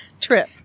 trip